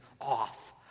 off